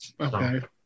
Okay